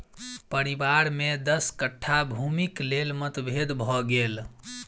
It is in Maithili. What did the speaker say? परिवार में दस कट्ठा भूमिक लेल मतभेद भ गेल